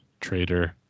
traitor